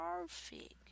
perfect